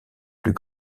plus